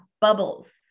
bubbles